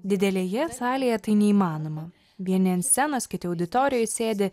didelėje salėje tai neįmanoma vieni ant scenos kiti auditorijoj sėdi